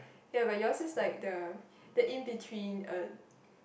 ya but yours is like the the in between uh